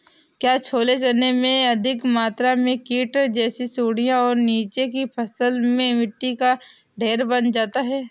क्या छोले चने में अधिक मात्रा में कीट जैसी सुड़ियां और नीचे की फसल में मिट्टी का ढेर बन जाता है?